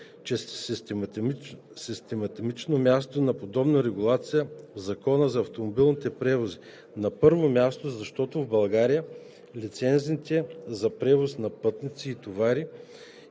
че систематичното място на подобна регулация е в Закона за автомобилните превози, на първо място, защото в България лицензните за превоз на пътници, товари